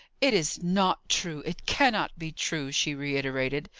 it is not true it cannot be true! she reiterated.